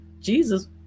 Jesus